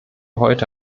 heute